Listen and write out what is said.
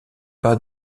pas